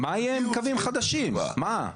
מה יהיה עם קווים חדשים, מה?